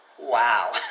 Wow